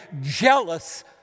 jealous